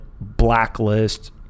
blacklist